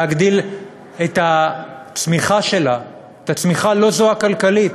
להגדיל את הצמיחה שלה, את הצמיחה, לא זו הכלכלית,